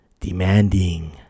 Demanding